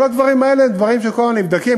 כל הדברים האלה הם דברים שכל הזמן נבדקים,